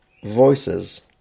Voices